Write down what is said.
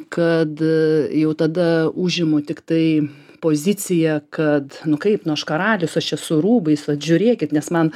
kad jau tada užimu tiktai poziciją kad nu kaip nu aš karalius aš čia su rūbais vat žiūrėkit nes man